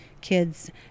kids